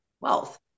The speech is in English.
wealth